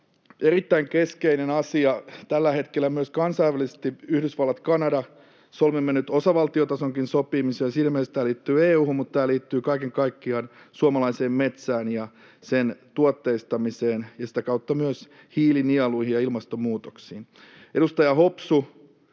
Erittäin keskeinen asia tällä hetkellä myös kansainvälisesti. Yhdysvallat, Kanada — solmimme nyt osavaltiotasonkin sopimuksen. Siinä mielessä tämä liittyy EU:hun, mutta tämä liittyy kaiken kaikkiaan suomalaiseen metsään ja sen tuotteistamiseen ja sitä kautta myös hiilinieluihin ja ilmastonmuutoksiin. Edustaja Hopsu,